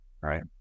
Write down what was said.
right